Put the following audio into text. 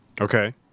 Okay